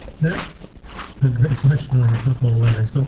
that's a great question on a couple of layers. so